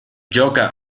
gioca